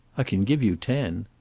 i can give you ten.